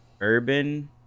urban